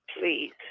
please